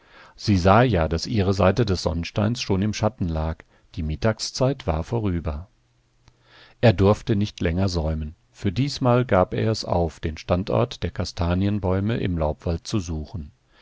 sie sah ja daß ihre seite des sonnsteins schon im schatten lag die mittagszeit war vorüber er durfte nicht länger säumen für diesmal gab er es auf den standort der kastanienbäume im laubwald zu suchen